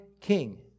king